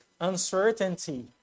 uncertainty